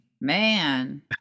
Man